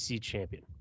champion